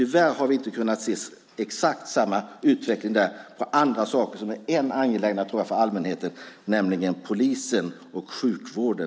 Tyvärr har vi inte kunnat se exakt samma utveckling när det gäller andra saker som är ännu angelägnare för allmänheten, nämligen polisen och sjukvården.